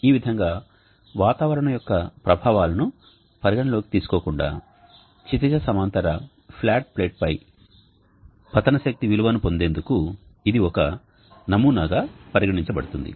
ఈ విధంగా వాతావరణం యొక్క ప్రభావాలను పరిగణనలోకి తీసుకోకుండా క్షితిజ సమాంతర ఫ్లాట్ ప్లేట్పై పతన శక్తి విలువను పొందేందుకు ఇది ఒక నమూనాగా పరిగణించబడుతుంది